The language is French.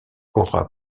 aura